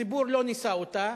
הציבור לא ניסה אותה,